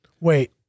Wait